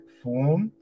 form